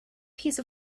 piece